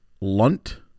Lunt